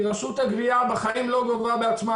רשות הגבייה אף פעם לא גובה בעצמה.